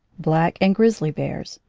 black and grizzly bears,